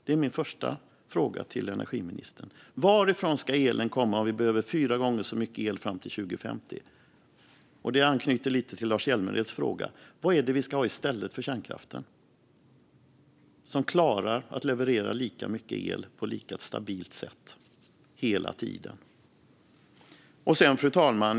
Det är min första fråga till energiministern. Varifrån ska elen komma om vi behöver fyra gånger så mycket el fram till 2050? Det anknyter lite till Lars Hjälmereds fråga: Vad är det vi ska ha i stället för kärnkraften som klarar att hela tiden leverera lika mycket el på ett lika stabilt sätt? Fru talman!